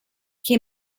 che